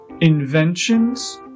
inventions